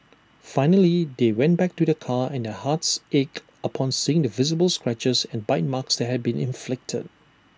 finally they went back to their car and their hearts ached upon seeing the visible scratches and bite marks had been inflicted